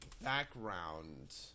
background